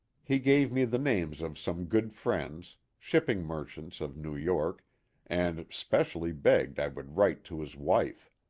he gave me the names of some good friends, shipping merchants of new york and specially begged i would write to his wife.